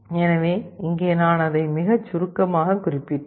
எனவே இங்கே நான் அதை மிகச் சுருக்கமாகக் குறிப்பிட்டேன்